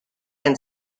and